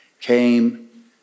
came